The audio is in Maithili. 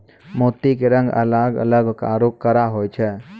मोती के रंग अलग अलग आरो कड़ा होय छै